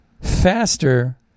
faster